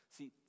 See